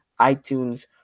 iTunes